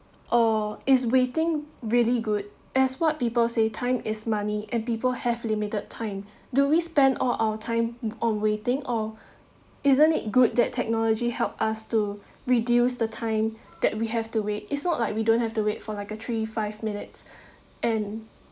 or is waiting really good as what people say time is money and people have limited time do we spend all our time on waiting or isn't it good that technology help us to reduce the time that we have to wait it's not like we don't have to wait for like a tree five minutes and